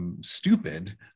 Stupid